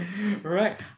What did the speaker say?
right